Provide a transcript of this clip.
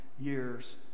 years